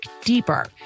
deeper